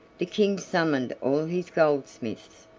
the king summoned all his goldsmiths,